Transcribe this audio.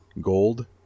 gold